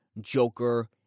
Joker